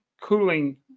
cooling